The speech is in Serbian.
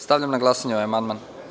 Stavljam na glasanje ovaj amandman.